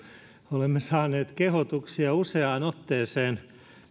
olemme saaneet kehotuksia useaan otteeseen